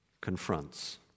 confronts